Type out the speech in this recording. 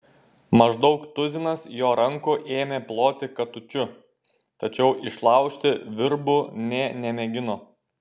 maždaug tuzinas jo rankų ėmė ploti katučių tačiau išlaužti virbų nė nemėgino